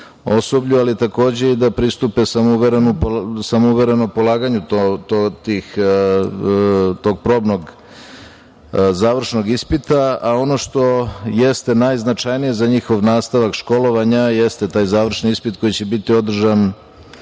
osoblju, ali i da pristupe samouvereno polaganju tog probnog završnog ispita. Ono što jeste najznačajnije za njihov nastavak školovanja jeste taj završni ispit koji će biti održan